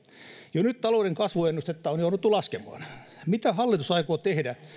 jo nyt talouden kasvuennustetta on jouduttu laskemaan mitä hallitus aikoo tehdä